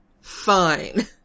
fine